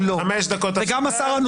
תודה רבה.